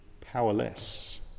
powerless